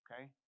okay